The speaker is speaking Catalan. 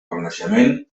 renaixement